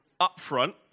upfront